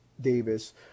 Davis